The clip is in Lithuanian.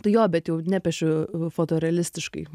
tai jo bet jau nepiešiu fotorealistiškai